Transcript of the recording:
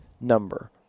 number